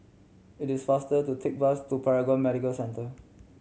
it is faster to take bus to Paragon Medical Centre